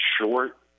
short